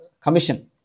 commission